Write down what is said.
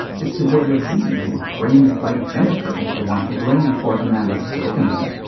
it's the bourgeoisie who frame it like jennifer is the one to blame for amanda's predicament.